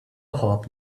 hope